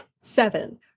seven